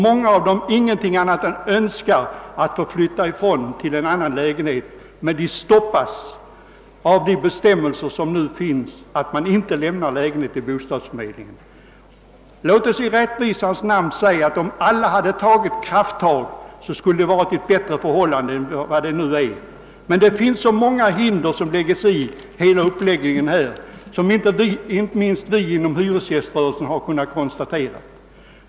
Många av dem önskar ingenting annat än att flytta till en annan lägenhet, men de stoppas av de flyttningsbestämmelser som nu finns och av att man inte lämnar lägenheten till bostadsförmedlingen. Låt oss i rättvisans namn medge att vi skulle ha haft bättre förhållanden än nu, om alla hade tagit krafttag. Men det finns många hinder i hela uppläggningen, vilka inte minst vi inom hyresgäströrelsen kunnat konstatera.